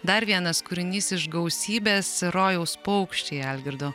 dar vienas kūrinys iš gausybės rojaus paukščiai algirdo